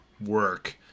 work